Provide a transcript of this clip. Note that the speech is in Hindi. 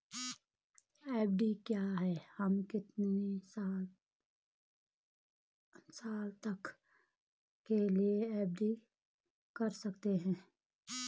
एफ.डी क्या है हम अधिकतम कितने साल के लिए एफ.डी कर सकते हैं?